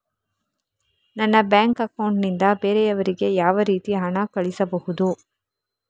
ನನ್ನ bank account ನಿಂದ ಬೇರೆಯವರಿಗೆ ಯಾವ ರೀತಿ ಹಣ ಕಳಿಸಬಹುದು?